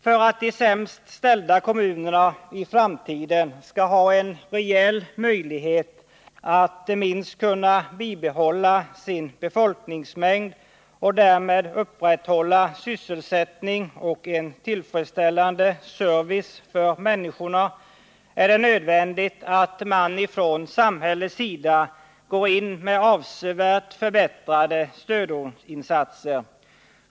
För att de sämst ställda kommunerna i framtiden skall ha en rejäl möjlighet att åtminstone bibehålla sin befolkningsmängd och därmed upprätthålla sysselsättning och tillfredsställande service för människorna är det nödvändigt att samhället går in med avsevärt förbättrade stödinsatser.